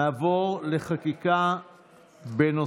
חוב' מ/1408).] נעבור לחקיקה בנושא,